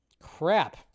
Crap